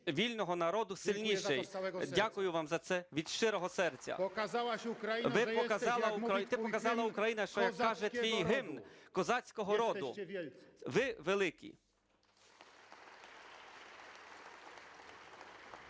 вільного народу сильніший. Дякую вам за це, від щирого серця. Ти показала, Україна, що, як каже твій гімн, козацького роду. Ви великі!